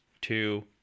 two